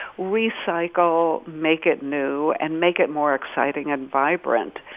recycle, make it new and make it more exciting and vibrant.